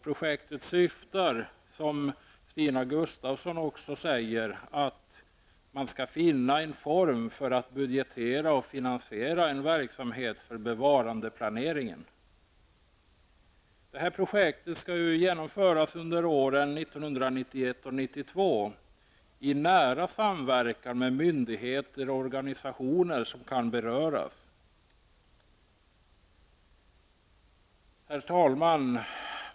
Projektet syftar, som Stina Gustavsson också säger, till att finna en form för att budgetera och finansiera en verksamhet för bevarandeplaneringen. Projektet skall genomföras under åren 1991 och 1992 i nära samverkan med de myndigheter och organisationer som berörs. Herr talman!